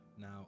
Now